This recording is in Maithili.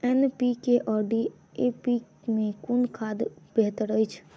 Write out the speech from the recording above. एन.पी.के आ डी.ए.पी मे कुन खाद बेहतर अछि?